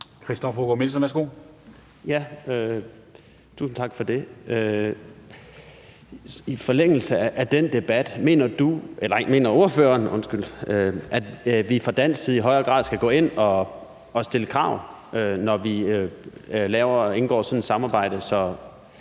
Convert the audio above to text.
Christoffer Aagaard Melson (V): Tusind tak for det. I forlængelse af den debat, mener ordføreren så, at vi fra dansk side i højere grad skal gå ind at stille krav, når vi indgår i sådan et samarbejde,